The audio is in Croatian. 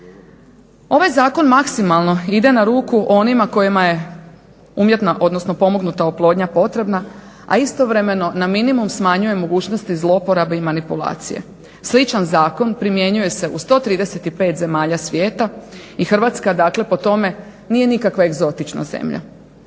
Ovaj zakon maksimalno ide na ruku onima kojima je odnosno pomognuta oplodnja potrebna a istovremeno na minimum smanjuje mogućnosti zlouporabe i manipulacije. Sličan zakon primjenjuje se u 135 zemalja svijeta i Hrvatska dakle po tome nije nikakva egzotična zemlja.